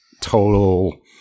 total